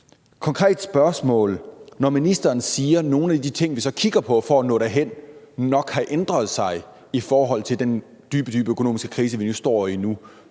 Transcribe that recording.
konkret spørgsmål. Når ministeren siger, at nogle af de ting, vi så kigger på for at nå derhen, nok har ændret sig i forhold til den dybe, dybe økonomiske krise, som vi står i nu,